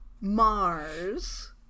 Mars